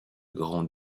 grands